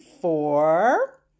four